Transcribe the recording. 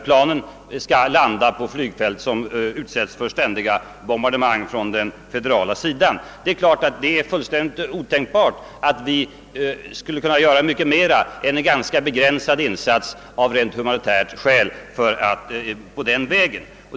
Planen måste landa på flygfält som utsätts för ständiga bombardemang från den federala sidan. Det är klart att det är fullständigt otänkbart att vi den vägen skulle kunna göra mycket mera än en ganska begränsad insats.